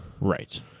Right